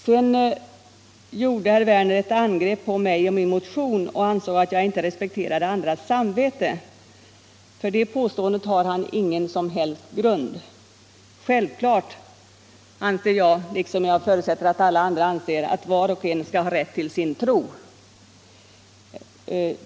Sedan gjorde herr Werner ett angrepp på mig och min motion. Han ansåg att jag inte respekterade andras samveten. För det påståendet har han ingen som helst grund. Självfallet anser jag — liksom jag förutsätter att alla andra gör — att var och en skall ha rätt till sin tro.